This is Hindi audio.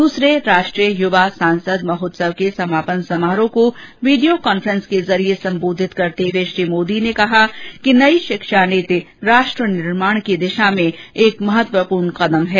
दूसरे राष्ट्रीय युवा सांसद महोत्सव के समापन समारोह को वीडियो कांफ्रेंसिंग के जरिये संबोधित करते हुए श्री मोदी ने कहा कि नई शिक्षा नीति राष्ट्र निर्माण की दिशा में एक महत्वपूर्ण कदम है